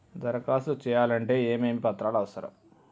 దరఖాస్తు చేయాలంటే ఏమేమి పత్రాలు అవసరం?